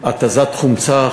התזת חומצה,